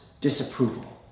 disapproval